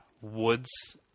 woods